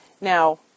Now